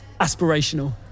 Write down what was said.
aspirational